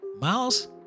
miles